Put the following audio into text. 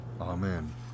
Amen